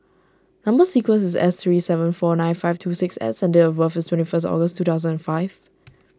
Number Sequence is S three seven four nine five two six S and date of birth is twenty first August two thousand and five